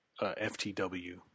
FTW